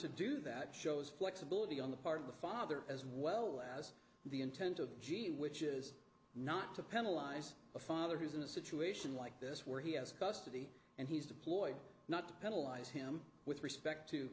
to do that shows flexibility on the part of the father as well as the intent of g which is not to penalize a father who's in a situation like this where he has custody and he's deployed not penalize him with respect to